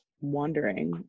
wondering